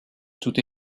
tout